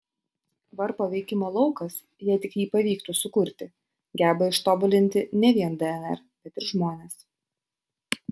varpo veikimo laukas jei tik jį pavyktų sukurti geba ištobulinti ne vien dnr bet ir žmones